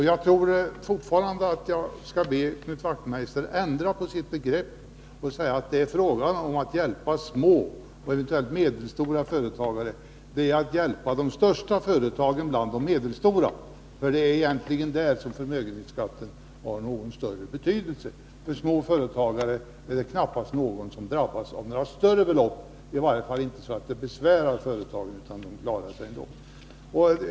Jag tror fortfarande att jag skall be Knut Wachtmeister att ändra sitt uttryck att det är fråga om att hjälpa små och eventuellt medelstora företag till att det är fråga om att hjälpa de största företagen bland de medelstora, för det är egentligen bara där som förmögenhetsskatten har någon större betydelse. Av småföretagarna är det knappast någon som drabbas av några större belopp — i varje fall inte så att det besvärar företagen. De klarar sig ändå.